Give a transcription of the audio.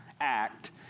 act